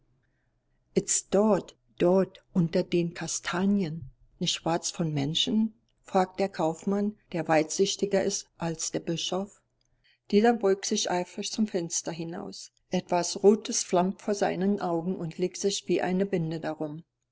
ist's dort dort unter den kastanien nicht schwarz von menschen fragt der kaufmann der weitsichtiger ist als der bischof dieser beugt sich eifrig zum fenster hinaus etwas rotes flammt vor seinen augen und legt sich wie eine binde darum